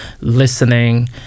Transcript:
listening